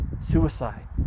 suicide